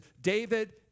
David